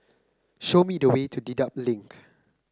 show me the way to Dedap Link